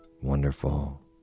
wonderful